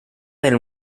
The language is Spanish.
del